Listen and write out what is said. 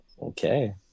okay